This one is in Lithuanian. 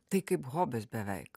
tai kaip hobis beveik